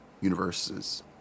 universes